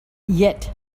yet